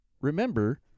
remember